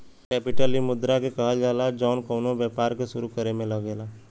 capital इ मुद्रा के कहल जाला जौन कउनो व्यापार के सुरू करे मे लगेला